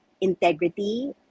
integrity